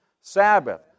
Sabbath